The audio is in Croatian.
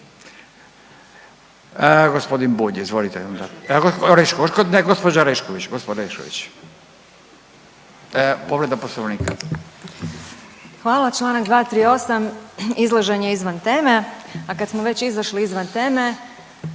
Hvala. Članak 238., izlaženje izvan teme, a kad smo već izašli izvan teme,